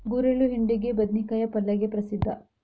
ಗುರೆಳ್ಳು ಹಿಂಡಿಗೆ, ಬದ್ನಿಕಾಯ ಪಲ್ಲೆಗೆ ಪ್ರಸಿದ್ಧ